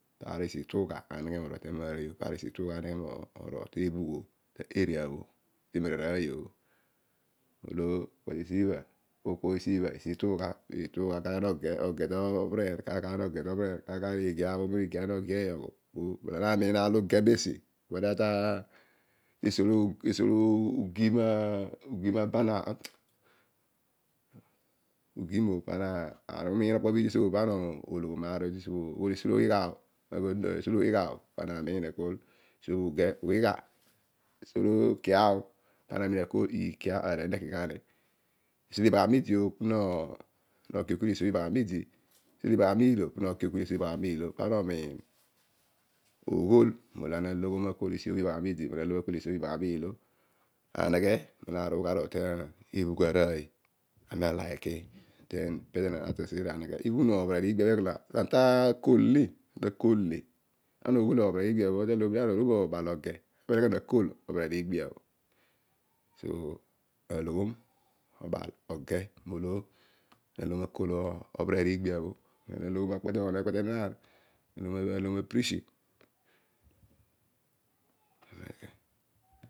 Paar obho esi ituugha aneghe morol itema aroiy o. paar õ esi atumgha anegha anegha motol tebhugho. emaroiy õ. ta area bho molo esibha kõoy kõoy laar kaar no geh tobheneer. oomo iigia nogeiyõ. ma miin maar bho ugetesn bhu gin abanner ana miin aar õ uge tesiopo pana ologhom. ibha oghol ughigha pa ana na miin akol esi õbhõ ughol ughigha. kia pana nuiin akol esio nokighani. esibho iibaghami idi pana omiin. iibaghami iilo punogeh okol iibaghani iilo melo ana alonghom akol iibaghani idi oresi iibaghami ami iilo. aneghe la ana oki pezo enaan ato aseeri aghol eneghe. paar obho obheneer iigbia bho ekana ana ta kol ni. kana olghomio mo. bal oge kana tabol eko kana akol so loghom obal oge lana aloghom akol obhewe iigbiabho. lana aloghom akpele nomi ekpele tenaam. aloghom apneachi